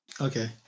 Okay